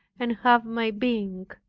and have my being.